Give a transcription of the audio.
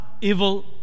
evil